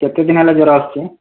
କେତେଦିନ ହେଲା ଜ୍ୱର ଆସୁଛି